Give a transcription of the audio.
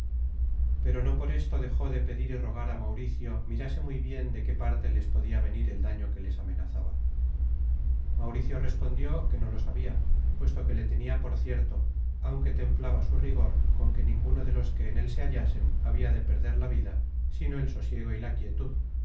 pero no por esto dejó de pedir y rogar á mauricio mirase muy bien de qué parte les podia venir el daño que les amenazaba mauricio respondió que no lo sabia puesto que le tenia por cierto aunque templaba su rigor con que ninguno de los que en él se hallasen habia de perder la vida sino el sosiego y la quietud